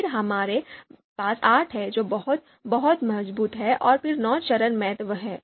फिर हमारे पास 8 है जो बहुत बहुत मजबूत है और फिर 9 चरम महत्व है